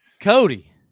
Cody